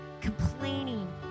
Complaining